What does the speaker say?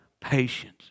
patience